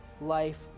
life